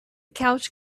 couch